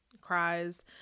cries